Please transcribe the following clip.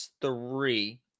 three